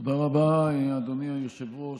תודה רבה, אדוני היושב-ראש.